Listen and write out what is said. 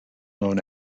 known